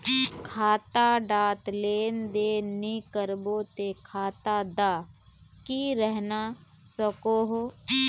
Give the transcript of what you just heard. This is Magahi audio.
खाता डात लेन देन नि करबो ते खाता दा की रहना सकोहो?